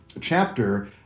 chapter